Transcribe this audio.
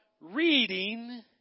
reading